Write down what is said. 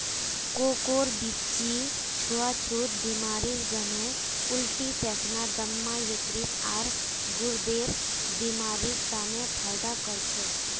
कोकोर बीच्ची छुआ छुत बीमारी जन्हे उल्टी पैखाना, दम्मा, यकृत, आर गुर्देर बीमारिड तने फयदा कर छे